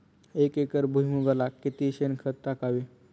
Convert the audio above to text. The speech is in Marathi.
एक एकर भुईमुगाला किती शेणखत टाकावे?